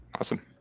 Awesome